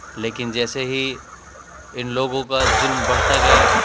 لیکن جیسے ہی ان لوگوں کا ظلم بڑھتا گیا